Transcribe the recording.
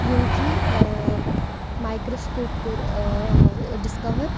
ییٚمۍ کہِ مایکروسکوپ کوٚر ڈِسکَور